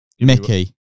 Mickey